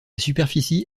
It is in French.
superficie